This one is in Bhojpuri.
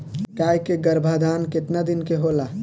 गाय के गरभाधान केतना दिन के होला?